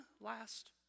last